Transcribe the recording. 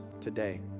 today